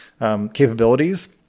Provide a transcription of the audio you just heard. capabilities